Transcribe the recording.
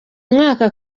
mwaka